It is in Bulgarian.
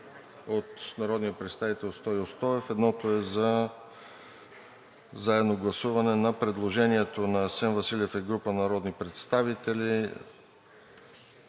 от народния представител Стою Стоев. Едното е за заедно гласуване на предложението на Асен Василев и група народни представители